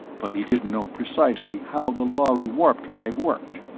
but he didn't know precisely how the lhari warp-drive worked.